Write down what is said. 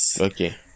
Okay